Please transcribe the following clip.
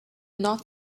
not